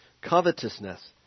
Covetousness